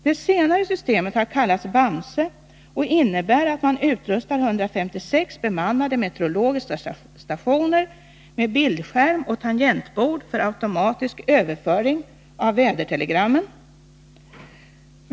Det senare systemet har kallats BAMSE och innebär att man utrustar 156 bemannade meteorologiska stationer med bildskärm och tangentbord för automatisk överföring av vädertelegrammen.